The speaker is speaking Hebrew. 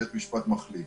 ובית המשפט מחליט.